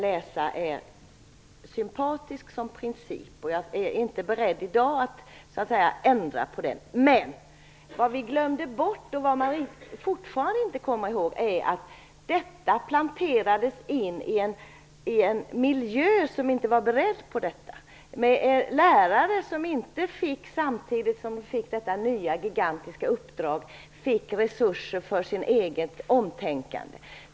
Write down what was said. Det är en sympatisk princip. Jag är inte beredd att ändra på den i dag. Men vad vi glömde bort och vad man fortfarande inte kommer ihåg är att detta planterades in i en miljö som inte var beredd. Lärare fick detta nya, gigantiska uppdrag, men de fick inte resurser för sitt eget omtänkande.